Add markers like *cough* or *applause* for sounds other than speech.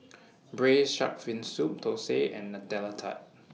*noise* Braised Shark Fin Soup Thosai and Nutella Tart